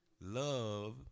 love